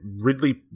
Ridley